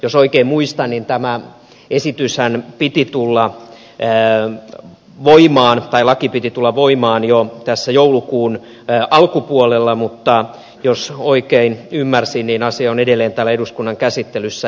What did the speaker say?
jos oikein muistan niin tämä esitys hän piti tulla enää uimaan tämän lain piti tulla voimaan jo tässä joulukuun alkupuolella mutta jos oikein ymmärsin niin asia on edelleen täällä eduskunnan käsittelyssä